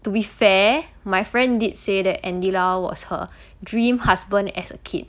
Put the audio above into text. to be fair my friend did say that andy lau was her dream husband as a kid